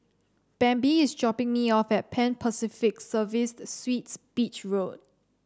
Bambi is dropping me off at Pan Pacific Serviced Suites Beach Road